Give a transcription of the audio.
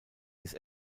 his